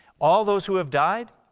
all those who have died,